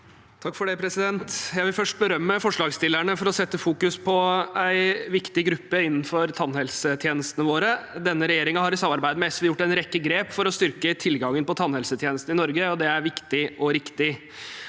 Røed (A) Jeg vil først berømme forslagsstillerne for å sette fokus på en viktig gruppe innenfor tannhelsetjenestene våre. Denne regjeringen har i samarbeid med SV gjort en rekke grep for å styrke tilgangen på tannhelsetjenestene i Norge, og det er viktig og riktig.